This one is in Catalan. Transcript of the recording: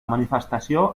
manifestació